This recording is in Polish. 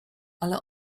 ale